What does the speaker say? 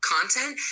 content